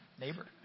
neighbor